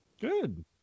Good